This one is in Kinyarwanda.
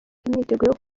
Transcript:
imyiteguro